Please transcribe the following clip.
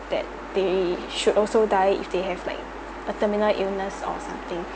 that they should also die if they have like a terminal illness or something